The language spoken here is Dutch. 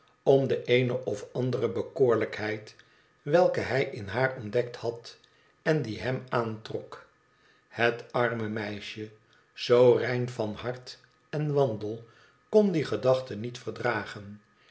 om de eene of andere bekoorlijkheid welke hij in haar ontdekt had en die hem aantrok het arme meisje zoo rein van hart en wandel kon die gedachte niet verdragen